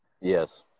yes